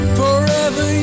forever